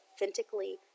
authentically